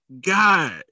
God